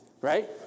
right